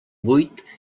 vuit